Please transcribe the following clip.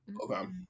Okay